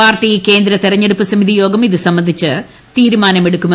party കേന്ദ്ര തെരഞ്ഞെടുപ്പ് സമിതി യോഗം ഇത് സംബന്ധിച്ച് തീരുമാനം ഉണ്ടാകും